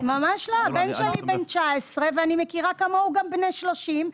הבן שלי בן 19 ואני מכירה כמוהו גם בני 30,